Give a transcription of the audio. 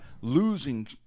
losing